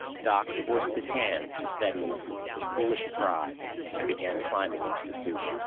doc forced his hands to steadiness with foolish pride and began climbing into the suit.